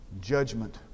Judgment